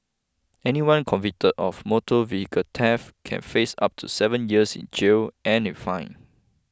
anyone convicted of motor vehicle theft can face up to seven years in jail and in fine